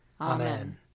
Amen